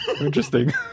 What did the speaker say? Interesting